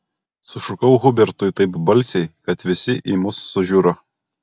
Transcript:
sušukau hubertui taip balsiai kad visi į mus sužiuro